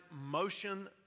motion